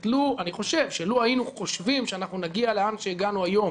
אני חושב שלו היינו חושבים שאנחנו נגיע לאן שהגענו היום